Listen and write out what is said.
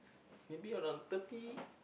maybe around thirty